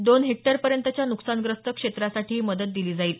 दोन हेक्टरपर्यंतच्या नुकसानग्रस्त क्षेत्रासाठी ही मदत दिली जाईल